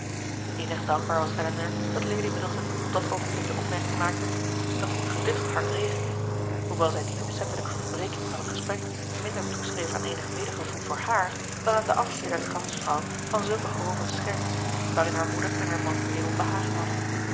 innig dankbaar was elinor dat lady middleton op dat oogenblik de opmerking maakte dat het geducht hard regende hoewel zij die opzettelijke onderbreking van het gesprek minder toeschreef aan eenig medegevoel voor hààr dan aan den afkeer der gastvrouw van zulke grove scherts waarin haar moeder en haar man nu eenmaal behagen hadden